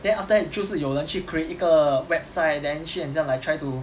then after that 就是有人去 create 一个 website then 去很像 like try to